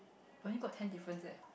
but it got ten difference there